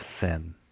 sin